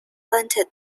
planted